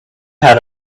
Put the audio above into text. had